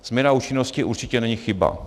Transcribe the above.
Změna účinnosti určitě není chyba.